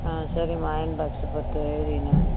ஆ சரிம்மா iron box பத்து எழுதிக்கினேன்